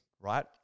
right